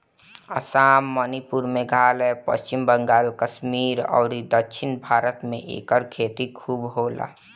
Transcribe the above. आसाम, मणिपुर, मेघालय, पश्चिम बंगाल, कश्मीर अउरी दक्षिण भारत में एकर खेती खूब होला